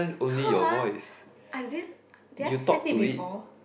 how ah I didn't did I set it before